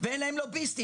-- ואין להם לוביסטים,